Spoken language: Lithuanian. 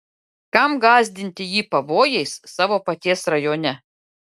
kam gąsdinti jį pavojais savo paties rajone